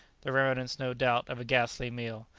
the remnants, no doubt, of a ghastly meal,